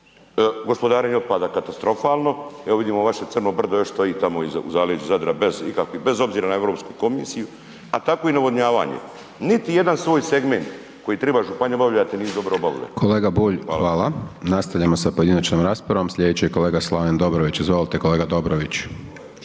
gospodarenje otpada katastrofalno, evo vidimo vaše Crno brdo još stoji tamo u zaleđu Zadra bez obzira na Europsku komisiju a tako i navodnjavanje. Niti jedan svoj segment koji treba županija obavljati, nisu dobro obavili.